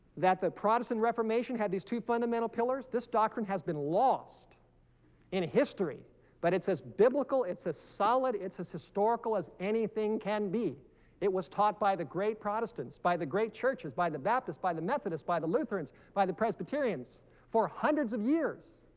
that the protestant reformation had these two fundamental pillars this doctrine has been lost in history but it's as biblical it's a solid it's as historical as anything can be it was taught by the great protestants by the great churches by the baptist by the methodists by the lutheran's by the presbyterians for hundreds of years